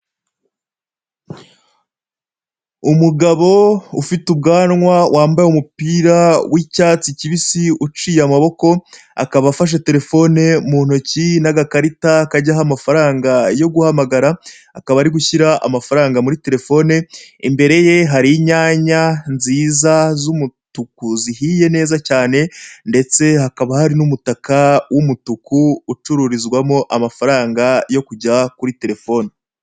Umugabo ufite ubwanwa wambaye umupira w'icyatsi kibisi uciye amaboko akaba afashe telefone mu ntoki n'agakarita kajyaho amafaranga yo guhamagara, akaba ari gushyira amafaranga muri telefone imbere ye hari inyanya nziza z'umutuku zihiye neza cyane ndetse hakaba hari n'umutaka w'umutuku ucururizwamo amafaranga yo kujya kuri telefone.